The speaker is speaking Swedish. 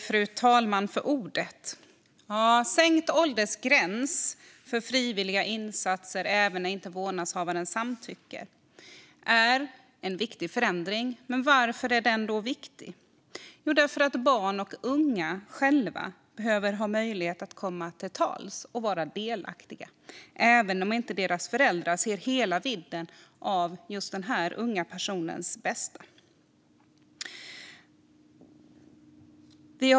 Fru talman! Att åldersgränsen sänks för frivilliga insatser utan vårdnadshavarens samtycke är en viktig förändring. Varför är den då viktig? Jo, därför att barn och unga själva behöver ha möjlighet att komma till tals och vara delaktiga, även om inte deras föräldrar ser hela vidden av just den här unga personens bästa.